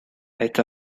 esta